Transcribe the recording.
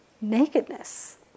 nakedness